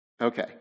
okay